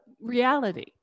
reality